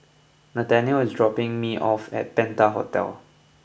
Nathaniel is dropping me off at Penta Hotel